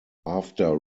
after